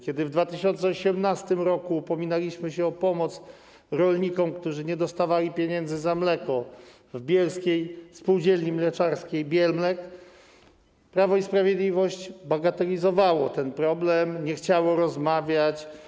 Kiedy w 2018 r. upominaliśmy się o pomoc rolnikom, którzy nie dostawali pieniędzy za mleko w bielskiej Spółdzielni Mleczarskiej Bielmlek, Prawo i Sprawiedliwość bagatelizowało ten problem, nie chciało rozmawiać.